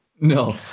no